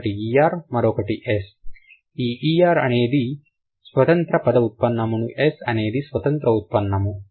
ఒకటి మరొకటి ఈ ఆర్ అనేది స్వతంత్ర పద ఉత్పన్నము ఎస్ అనేది స్వతంత్ర ఉత్పన్నము